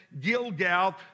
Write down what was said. Gilgal